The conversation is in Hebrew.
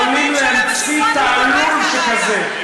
אתם, יכולים להמציא תעלול שכזה.